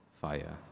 fire